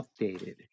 updated